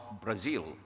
Brazil